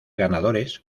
ganadores